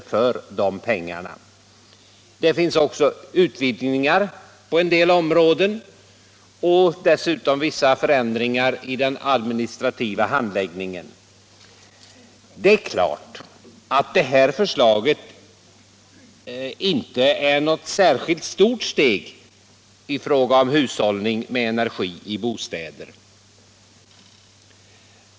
På en del områden har det också blivit utvidgningar, och dessutom företas vissa ändringar av den administrativa handläggningen. Det är klart att det här förslaget inte innebär något särskilt stort steg i fråga om hushållning med energi i bostäder.